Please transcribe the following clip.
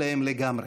שמעו על ארץ מגניבה.